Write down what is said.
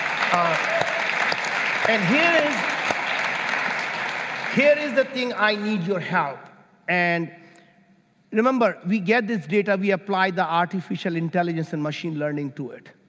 um yeah is the thing i need your help and remember we get this data, we apply the artificial intelligence and machine learning to if.